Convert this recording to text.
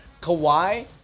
Kawhi